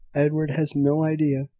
edward has no idea.